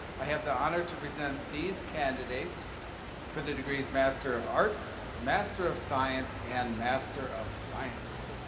i have the honor to present these candidates for the degrees master of arts, master of science and master of sciences.